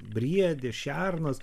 briedis šernas